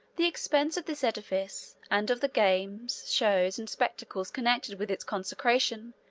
the expense of this edifice, and of the games, shows, and spectacles connected with its consecration,